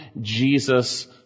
Jesus